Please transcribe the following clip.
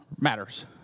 matters